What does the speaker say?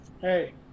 hey